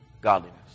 godliness